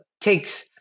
takes